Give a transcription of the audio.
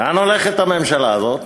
לאן הולכת הממשלה הזאת?